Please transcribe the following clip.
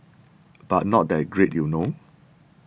but not that great you know